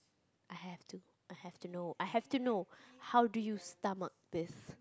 I have to I have to know I have to know how do you stomach this